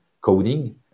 coding